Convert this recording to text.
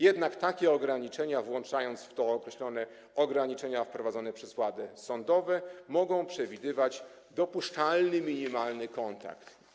Jednak takie ograniczenia, włączając w to określone ograniczenia wprowadzone przez władze sądowe, mogą przewidywać dopuszczalny minimalny kontakt.